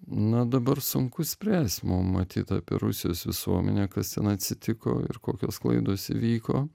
na dabar sunku spręsti mum matyt apie rusijos visuomenę kas ten atsitiko ir kokios klaidos įvyko